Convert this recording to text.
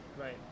Right